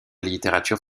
littérature